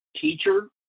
teacher